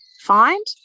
find